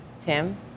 Tim